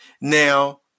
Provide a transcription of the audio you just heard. Now